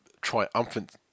triumphant